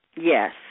Yes